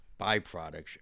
byproducts